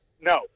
No